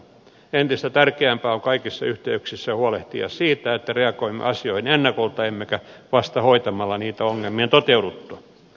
entistä tärkeämpää on kaikissa yhteyksissä huolehtia siitä että reagoimme asioihin ennakolta emmekä vasta hoitamalla niitä ongelmien toteuduttua